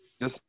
Yes